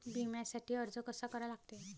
बिम्यासाठी अर्ज कसा करा लागते?